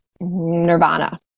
Nirvana